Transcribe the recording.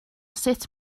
sut